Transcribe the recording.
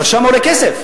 הרשם עולה כסף,